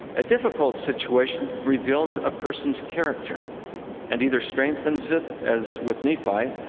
a difficult situation reveals a person's character and either strengthens it, as with nephi,